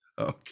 Okay